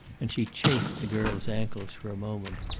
and she chafed the girl's ankles for a moment.